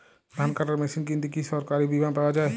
ধান কাটার মেশিন কিনতে কি সরকারী বিমা পাওয়া যায়?